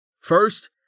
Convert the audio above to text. First